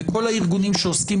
וכל הארגונים שעוסקים